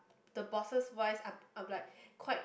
the bosses wise I'll I'll be like quite